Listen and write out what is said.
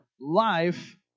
life